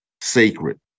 sacred